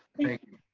thank you.